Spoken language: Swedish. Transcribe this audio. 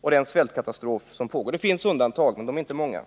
och den svältkatastrof som pågår. Det finns undantag, men de är inte många.